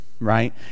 Right